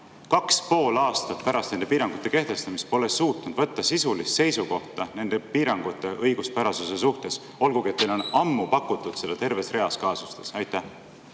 2,5 aastat pärast nende piirangute kehtestamist, pole suutnud võtta sisulist seisukohta nende piirangute õiguspärasuse suhtes, olgugi et teile on ammu pakutud seda terves reas kaasustes. Suur